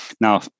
Now